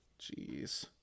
Jeez